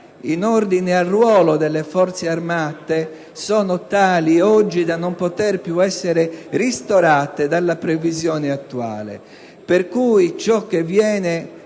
in ordine al ruolo delle Forze armate sono tali da non poter più essere ristorate dalla previsione attuale. Pertanto, ciò che viene